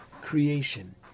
creation